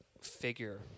figure